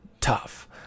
tough